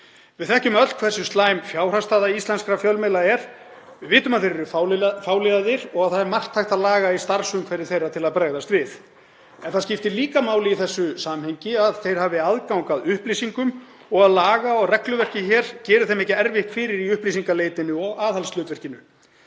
Við þekkjum öll hversu slæm fjárhagsstaða íslenskra fjölmiðla er. Við vitum að þeir eru fáliðaðir og það er margt hægt að laga í starfsumhverfi þeirra til að bregðast við. En það skiptir líka máli í þessu samhengi að þeir hafi aðgang að upplýsingum og að laga- og regluverkið hér geri þeim ekki erfitt fyrir í upplýsingaleitinni og aðhaldshlutverki